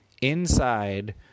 inside